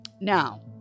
Now